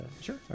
Sure